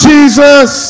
Jesus